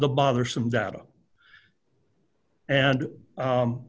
the bothersome data and